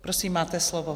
Prosím, máte slovo.